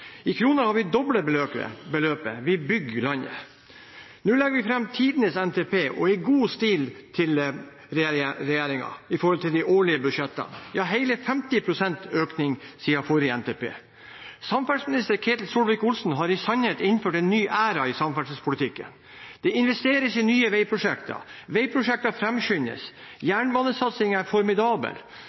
I kroner har vi doblet beløpet. Vi bygger landet. Nå legger vi fram tidenes NTP, og i god stil i forhold til de årlige budsjettene – ja, hele 50 pst. økning siden forrige NTP. Samferdselsminister Ketil Solvik-Olsen har i sannhet innført en ny æra i samferdselspolitikken. Det investeres i nye veiprosjekter, veiprosjekter framskyndes, og jernbanesatsingen er formidabel,